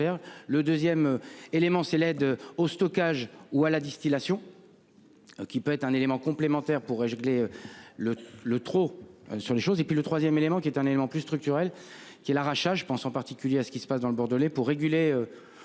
le 2ème élément c'est l'aide au stockage ou à la distillation. Qui peut être un élément complémentaire pour régler. Le le trop sur les choses et puis le 3ème élément qui est un élément plus structurelle qui est l'arrachage. Je pense en particulier à ce qui se passe dans le Bordelais pour réguler.